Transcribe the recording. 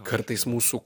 kartais mūsų